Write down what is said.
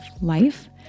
life